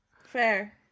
Fair